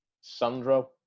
Sandro